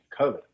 COVID